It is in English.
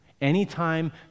Anytime